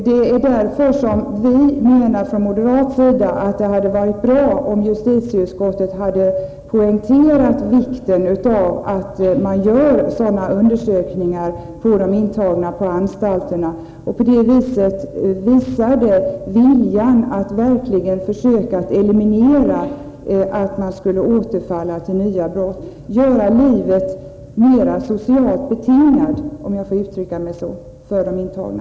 Det är därför som vi från moderat sida menar att det hade varit bra om justitieutskottet hade poängterat vikten av att man gör sådana undersökningar när det gäller de intagna på anstalterna för att på det sättet visa viljan att verkligen försöka eliminera risken för återfall till nya brott, att göra livet mer socialt betingat — om jag får uttrycka mig så — för de intagna.